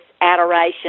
adoration